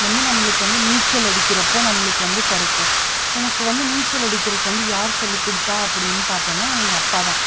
வந்து நம்மளுக்கு வந்து நீச்சல் அடிக்கிறப்போது நம்மளுக்கு வந்து கிடைக்கும் எனக்கு வந்து நீச்சல் அடிக்கிறதுக்கு வந்து யார் சொல்லிக்கொடுத்தா அப்படின்னு பார்த்தோன்னா எங்கள் அப்பா தான்